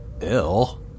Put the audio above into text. ill